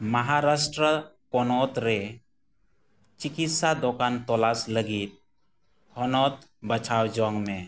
ᱢᱟᱦᱟᱨᱟᱥᱴᱨᱚ ᱯᱚᱱᱚᱛ ᱨᱮ ᱪᱤᱠᱤᱥᱥᱟ ᱫᱚᱠᱟᱱ ᱛᱚᱞᱟᱥ ᱞᱟᱹᱜᱤᱫ ᱦᱚᱱᱚᱛ ᱵᱟᱪᱷᱟᱣ ᱡᱚᱝ ᱢᱮ